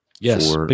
yes